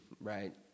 right